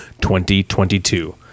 2022